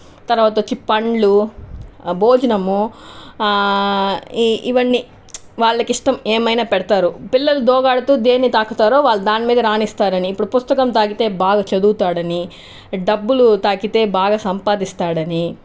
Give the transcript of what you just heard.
తర్వాత వచ్చి పండ్లు భోజనము ఇవన్నీ వాళ్ళకి ఇష్టం ఏమైనా పెడతారు పిల్లలు దోగాడుతూ దేన్నీ తాకుతారో వాళ్ళు దాని మీద రాణిస్తారు అని ఇప్పుడు పుస్తకం తాకితే బాగా చదువుతాడని డబ్బులు తాకితే బాగా సంపాదిస్తాడని